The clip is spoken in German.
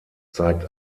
zeigt